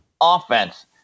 offense